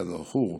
כזכור,